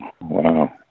Wow